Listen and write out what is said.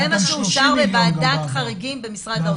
זה מה שאושר בוועדת חריגים במשרד האוצר.